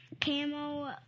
camo